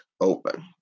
open